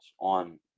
on